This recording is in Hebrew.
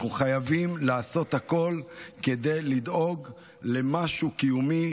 אנחנו חייבים לעשות הכול כדי לדאוג למשהו קיומי.